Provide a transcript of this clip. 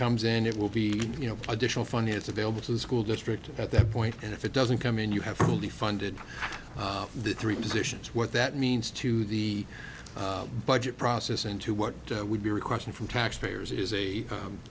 comes in it will be you know additional funding is available to the school district at that point and if it doesn't come in you have fully funded the three positions what that means to the budget process into what would be requested from taxpayers is a